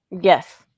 Yes